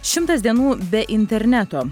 šimtas dienų be interneto